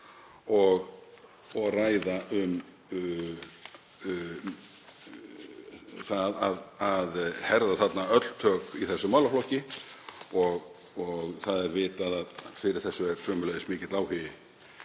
og ræða um það að herða öll tök í þessum málaflokki. Það er vitað að fyrir þessu er sömuleiðis mikill áhugi